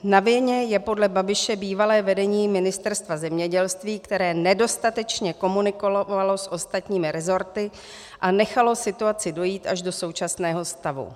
Na vině je podle Babiše bývalé vedení Ministerstva zemědělství, které nedostatečně komunikovalo s ostatními rezorty a nechalo situaci dojít až do současného stavu.